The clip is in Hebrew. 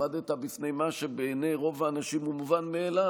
עמדת בפני מה שבעיני רוב האנשים הוא מובן מאליו.